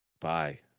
Bye